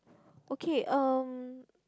okay um